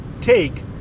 take